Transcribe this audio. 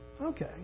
Okay